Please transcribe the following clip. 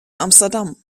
amsterdam